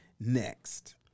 Next